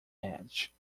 edge